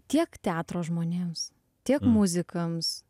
tiek teatro žmonėms tiek muzikams